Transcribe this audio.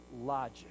logic